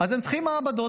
אז הם צריכים מעבדות.